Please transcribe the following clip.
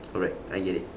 correct I get it